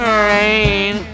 rain